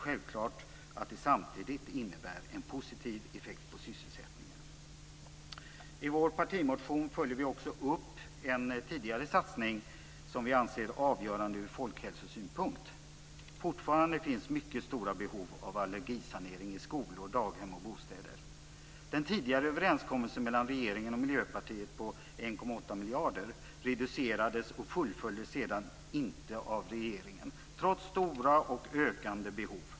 Självklart innebär det samtidigt också en positiv effekt på sysselsättningen. I vår partimotion följer vi också upp en tidigare satsning som vi anser vara avgörande från folkhälsosynpunkt. Fortfarande finns det mycket stora behov av allergisanering i skolor, daghem och bostäder. Den tidigare överenskommelsen mellan regeringen och Miljöpartiet - det handlar där om 1,8 miljarder kronor - reducerades och fullföljdes sedan inte av regeringen, trots stora och ökande behov.